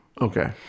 Okay